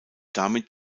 damit